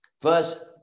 First